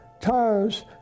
tires